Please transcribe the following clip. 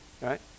right